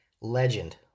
legend